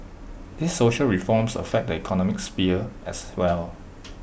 these social reforms affect the economic sphere as well